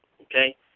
okay